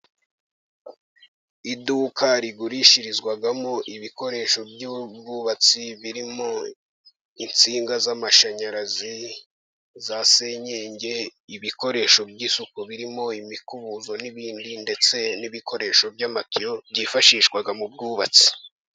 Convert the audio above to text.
Iduka rigurishirizwamo ibikoresho by'ubwubatsi birimo insinga z'amashanyarazi, za senyenge, ibikoresho by'isuku birimo imikubuzo n'ibindi ndetse n'ibikoresho by'amatiyo byifashishwa mu bwubatsi.